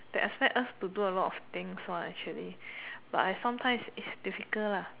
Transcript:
they expect us to do a lot of things one actually but I sometimes it's difficult lah